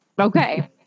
Okay